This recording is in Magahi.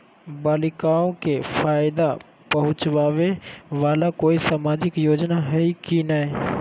बालिकाओं के फ़ायदा पहुँचाबे वाला कोई सामाजिक योजना हइ की नय?